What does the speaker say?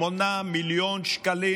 8 מיליון שקלים,